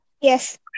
Yes